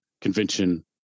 convention